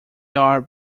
are